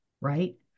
right